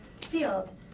field